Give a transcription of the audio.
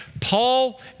Paul